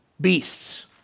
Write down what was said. beasts